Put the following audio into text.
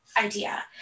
idea